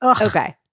Okay